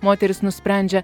moteris nusprendžia